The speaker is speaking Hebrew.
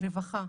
רווחה